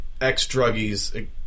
ex-druggies